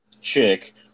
chick